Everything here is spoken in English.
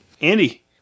Andy